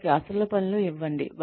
వారికి అసలు పనులు ఇవ్వండి